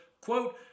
Quote